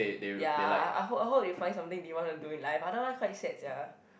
ya I hope I hope they find something they want to do in life otherwise quite sad sia